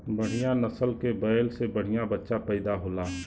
बढ़िया नसल के बैल से बढ़िया बच्चा पइदा होला